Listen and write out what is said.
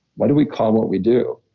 what do we call what we do?